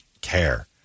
care